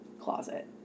closet